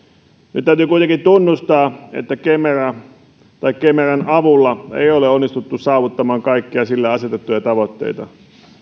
nyt täytyy kuitenkin tunnustaa että kemeran avulla ei ole onnistuttu saavuttamaan kaikkia sille asetettuja tavoitteita